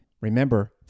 remember